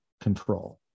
control